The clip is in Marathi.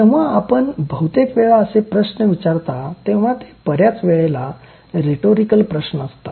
जेव्हा आपण बहुतेक वेळा असे प्रश्न विचारता तेव्हा ते बऱ्याच वेळेला रेटोरीकल प्रश्न असतात